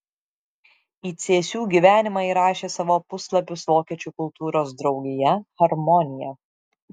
į cėsių gyvenimą įrašė savo puslapius vokiečių kultūros draugija harmonija